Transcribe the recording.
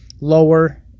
lower